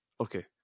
Okay